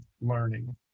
learning